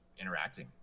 interacting